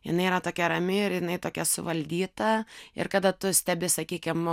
jinai yra tokia rami ir jinai tokia suvaldyta ir kada tu stebi sakykim